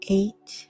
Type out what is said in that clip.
eight